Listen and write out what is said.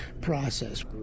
process